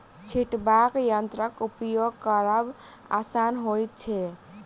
छिटबाक यंत्रक उपयोग करब आसान होइत छै